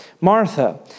Martha